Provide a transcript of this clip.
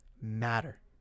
matter